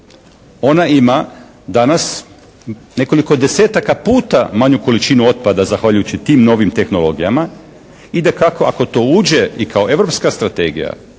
Ona ima danas nekoliko desetaka puta manju količinu otpada zahvaljujući tim novim tehnologija. I dakako ako to uđe i kao europske strategija